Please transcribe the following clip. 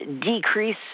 decrease